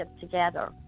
together